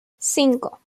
cinco